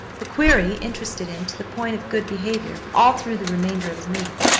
the query interested him to the point of good behavior all through the remainder of the meeting,